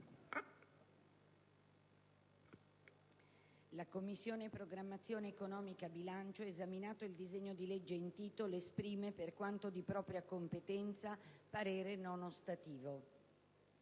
«La Commissione programmazione economica, bilancio, esaminato il disegno di legge in titolo, esprime, per quanto di propria competenza, parere non ostativo».